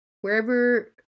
wherever